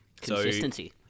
Consistency